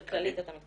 של כללית אתה מתכוון.